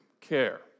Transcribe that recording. care